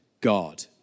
God